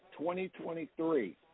2023